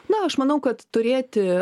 na aš manau kad turėti